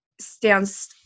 stands